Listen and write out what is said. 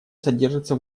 содержится